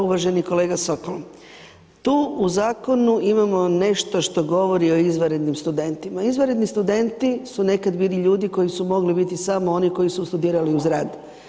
Uvaženi kolega Sokol, tu u zakonu imamo nešto što govori o izvanrednim studentima, izvanredni studenti su nekad bili ljudi koji su mogli biti samo oni koji su studirali uz rad.